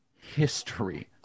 history